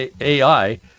AI